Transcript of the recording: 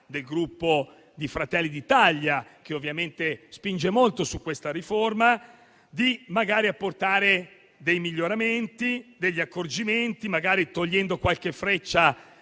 del Gruppo di Fratelli d'Italia, che ovviamente spinge molto su questa riforma, di apportare miglioramenti e accorgimenti, togliendo magari qualche freccia